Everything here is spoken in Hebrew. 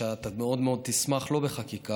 אתה מאוד תשמח, לא בחקיקה,